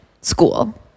School